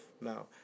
now